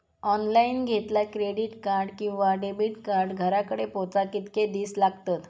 Online घेतला credit card किंवा debit card घराकडे पोचाक कितके दिस लागतत?